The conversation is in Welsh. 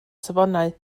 safonau